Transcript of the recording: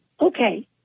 okay